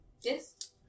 Yes